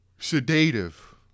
Sedative